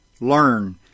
learn